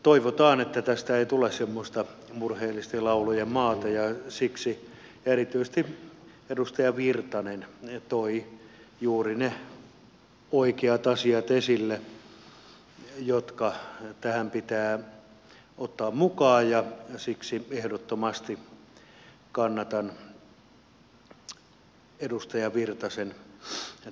toivotaan että tästä ei tule semmoista murheellisten laulujen maata ja siksi erityisesti edustaja virtanen toi juuri ne oikeat asiat esille jotka tähän pitää ottaa mukaan ja siksi ehdottomasti kannatan edustaja virtasen tekemää esitystä